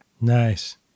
Nice